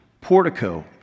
portico